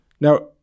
Now